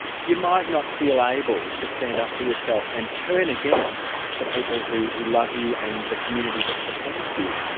you might not feel able to stand up for yourself and turn against the people who who love you and the community that supports you.